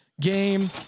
game